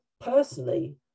personally